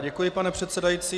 Děkuji, pane předsedající.